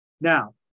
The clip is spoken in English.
Now